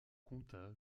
compta